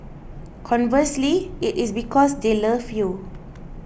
conversely it is because they love you